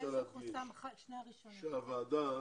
שהוועדה